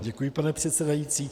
Děkuji, pane předsedající.